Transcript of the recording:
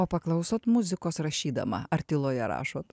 o paklausot muzikos rašydama ar tyloje rašot